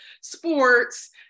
sports